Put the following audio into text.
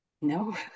No